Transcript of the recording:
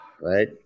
Right